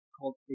called